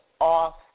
off